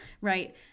right